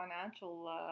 financial